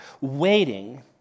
waiting